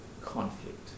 conflict